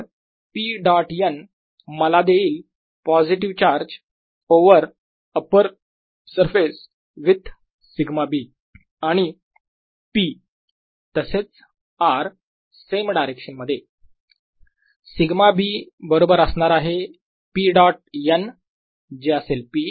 तर p dot n मला देईल positive charge over upper surface with σ b आणि p तसेच r सेम डायरेक्शन मध्ये σ b बरोबर असणार आहे p डॉट n जे असेल p